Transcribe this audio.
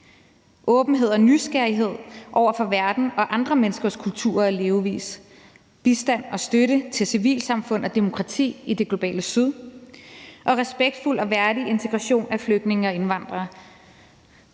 åbenhed og nysgerrighed over for verden og andre menneskers kulturer og levevis, bistand og støtte til civilsamfund og demokrati i det globale syd og respektfuld og værdig integration af flygtninge og indvandrere.